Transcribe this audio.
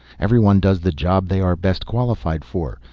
everyone does the job they are best qualified for.